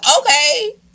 okay